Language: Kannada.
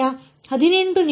12